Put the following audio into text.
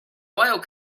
oil